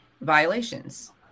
violations